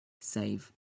save